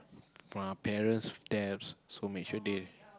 my parents debts so make sure they